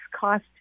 cost